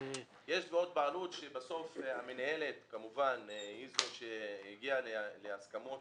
אמיר: יש תביעות בעלות שבסוף המינהלת היא זו שהגיעה להסכמות